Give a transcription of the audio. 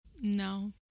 no